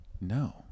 No